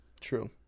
True